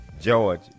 George